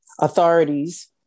authorities